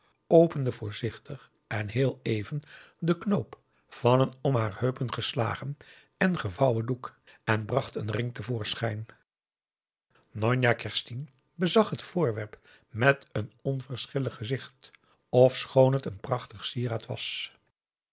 opende voorzichtig en heel even den knoop van een om haar heupen geslagen en gevouwen doek en bracht een ring te voorschijn njonjah kerstien bezag het voorwerp met een onverschillig gezicht ofschoon het een prachtig sieraad was